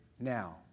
now